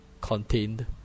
contained